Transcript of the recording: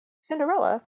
Cinderella